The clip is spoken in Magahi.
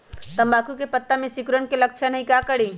तम्बाकू के पत्ता में सिकुड़न के लक्षण हई का करी?